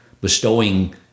bestowing